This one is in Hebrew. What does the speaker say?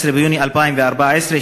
15 ביוני 2014,